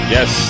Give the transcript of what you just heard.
yes